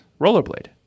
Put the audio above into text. rollerblade